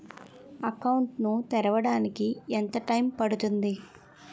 Account ను తెరవడానికి ఎంత టైమ్ పడుతుంది?